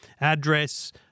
address